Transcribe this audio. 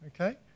Okay